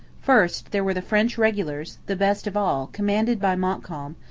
first, there were the french regulars, the best of all, commanded by montcalm,